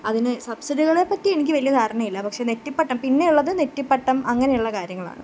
അതിന് സബ്സിഡികളെപ്പറ്റി എനിക്ക് വലിയ ധാരണയില്ല പക്ഷെ നെറ്റിപ്പട്ടം പിന്നെയുള്ളത് നെറ്റിപ്പട്ടം അങ്ങനെയുള്ള കാര്യങ്ങളാണ്